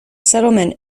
settlement